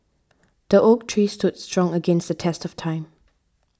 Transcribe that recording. the oak tree stood strong against the test of time